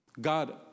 God